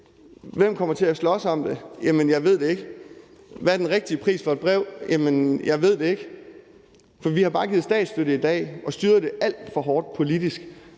Hvem kommer til at slås om det? Jeg ved det ikke. Hvad er den rigtige pris for et brev? Jeg ved det ikke, for vi har i dag bare givet statsstøtte og styret det alt for hårdt politisk,